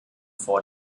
vor